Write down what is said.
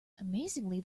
amazingly